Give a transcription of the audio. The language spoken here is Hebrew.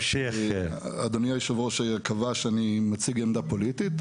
אדוני היושב ראש קבע שאני מציג עמדה פוליטית,